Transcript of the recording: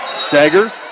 Sager